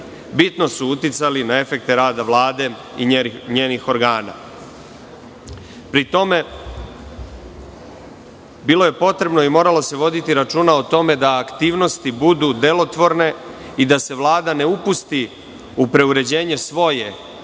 bitno su uticali na efekte rada Vlade i njenih organa. Pri tome, bilo je potrebno i moralo se voditi računa o tome da aktivnosti budu delotvorne i da se Vlada ne upusti u preuređenje svoje